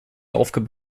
aufgabe